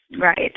Right